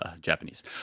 Japanese